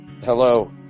hello